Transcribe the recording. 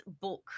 book